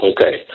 Okay